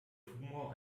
tumor